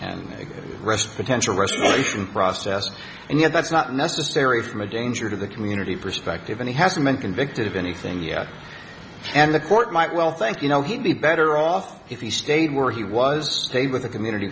the rest potential restoration process and yet that's not necessary from a danger to the community perspective and he hasn't been convicted of anything yet and the court might well think you know he'd be better off if he stayed where he was paid with a community